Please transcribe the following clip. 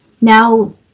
now